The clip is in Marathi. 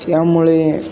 त्यामुळे